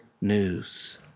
news